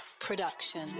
production